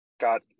got